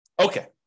Okay